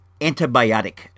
antibiotic